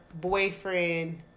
boyfriend